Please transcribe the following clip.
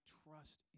trust